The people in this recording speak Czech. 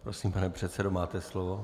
Prosím, pane předsedo, máte slovo.